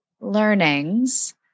learnings